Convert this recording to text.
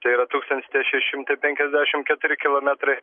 tai yra tūkstantis tie šeši šimtai penkiasdešim keturi kilometrai